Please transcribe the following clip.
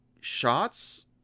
shots